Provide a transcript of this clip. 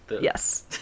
yes